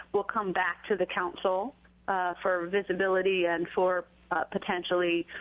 will come back to the council for disability and for potentially